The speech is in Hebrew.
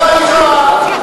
גטאס.